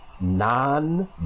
non